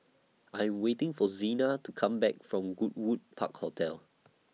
I Am waiting For Zena to Come Back from Goodwood Park Hotel